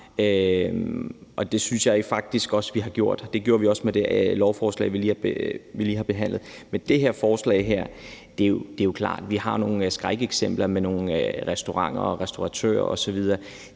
og det synes jeg faktisk også at vi har gjort. Det gjorde vi også med det lovforslag, vi lige har behandlet. Men i forhold til det her lovforslag er det klart, at vi har nogle skrækeksempler med nogle restauranter og nogle restauratører osv.